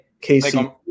Casey